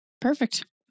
Perfect